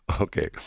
Okay